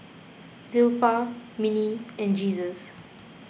Zilpha Minnie and Jesus